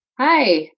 Hi